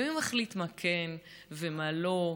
ומי מחליט מה כן ומה לא,